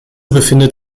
befindet